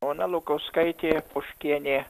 ona lukauskaitė poškienė